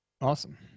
Awesome